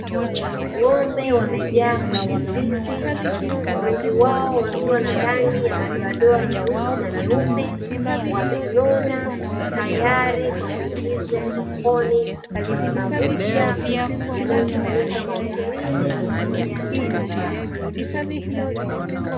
Ng'ombe wamejaa kwenye zizi, wengi wao wakiwa na rangi ya madoadoa meusi na meupe wamenona, tayari kwa kuingizwa sokoni kwenye mabucha, yanayotumika mahotelini pamoja na nyumbani.